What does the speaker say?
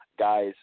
guys